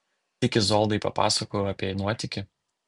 tik izoldai papasakojau apie nuotykį